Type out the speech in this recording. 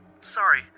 Sorry